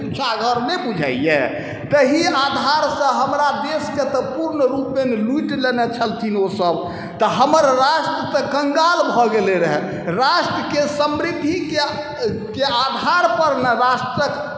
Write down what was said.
छुच्छा घर नहि बुझाइए तेही आधार से हमरा देशके तऽ पूर्ण रूपेण लूटि लेने छलखिन ओ सब तऽ हमर राष्ट्र तऽ कंगाल भऽ गेल रहै राष्ट्रके समृद्धिके के आधार पर ने राष्ट्रक